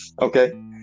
Okay